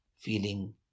feeling